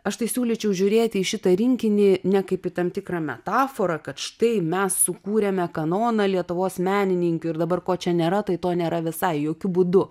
aš tai siūlyčiau žiūrėti į šitą rinkinį ne kaip į tam tikrą metaforą kad štai mes sukūrėme kanoną lietuvos menininkių ir dabar ko čia nėra tai to nėra visai jokiu būdu